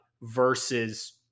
versus